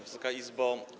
Wysoka Izbo!